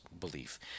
belief